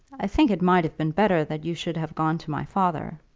i think it might have been better that you should have gone to my father.